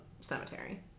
cemetery